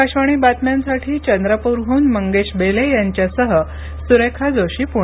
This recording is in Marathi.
आकाशवाणी बातम्यांसाठी चंद्रप्रह्न मंगेश बेले यांच्यासह सुरेखा जोशी पुणे